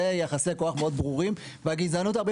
זה יחסי כוח מאוד ברורים והגזענות הרבה